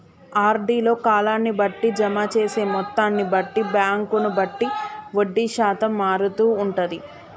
RD లో కాలాన్ని బట్టి, జమ చేసే మొత్తాన్ని బట్టి, బ్యాంకును బట్టి వడ్డీ శాతం మారుతూ ఉంటది